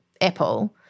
apple